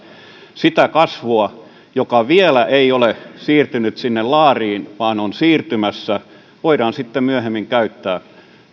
sitä kasvua joka vielä ei ole siirtynyt sinne laariin vaan on siirtymässä sitten myöhemmin käyttämään